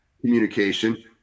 communication